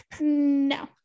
No